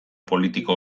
politiko